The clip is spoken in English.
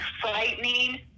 frightening